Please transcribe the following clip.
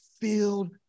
filled